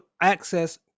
access